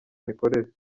imikorere